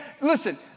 Listen